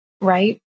right